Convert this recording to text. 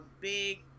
big